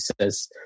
says